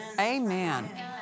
Amen